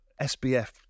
SBF